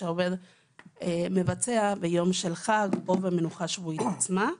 שהעובד מבצע ביום של חג או במנוחה שבועית עצמית.